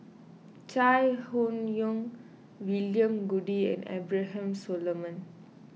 Chai Hon Yoong William Goode and Abraham Solomon